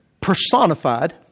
personified